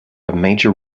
major